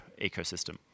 ecosystem